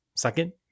Second